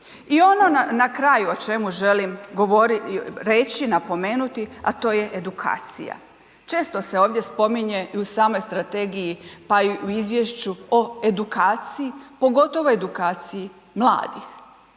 I ono na kraju o čemu želim govoriti, reći, napomenuti, a to je edukacija. Često se ovdje spominje i u samoj strategiji pa i u izvješću o edukaciji, pogotovo edukaciji mladih.